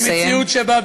ממציאות שבה,